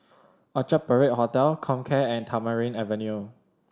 Orchard Parade Hotel Comcare and Tamarind Avenue